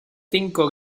cinco